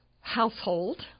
household